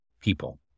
people